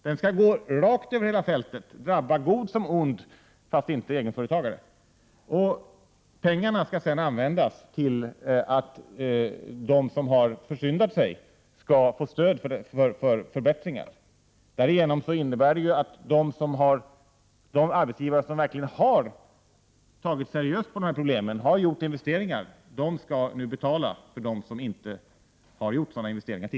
Den skall gå rakt över hela fältet och drabba god som ond —- förutom egenföretagare. Pengarna skall sedan användas på så sätt att de som har försyndat sig skall få stöd för att genomföra förbättringar. Detta innebär att de arbetsgivare som verkligen har tagit seriöst på det här problemet och har gjort investeringar nu skall betala för dem som inte tidigare har gjort sådana investeringar.